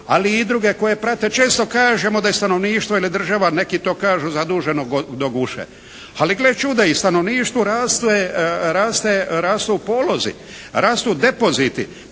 ali i druge koje prate često kažemo da je stanovništvo ili država, neki to kažu zaduženo do guše. Ali gle čuda i stanovništvu rastu polozi, rastu depoziti.